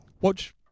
Watch